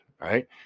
right